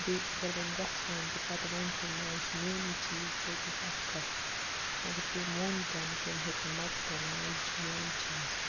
بیٚیہِ اگر وۄنۍ گژھان تہِ پَتہٕ وَنہِ ہے نہ یہِ چھِ میونُے چیٖز تویتہِ اوس اَکھ کَتھ مگر تٔمۍ ووٚن تہِ نہٕ تٔمۍ ہیوٚت نہٕ مَٹہِ تہِ نہ یہِ چھِ میون چیٖز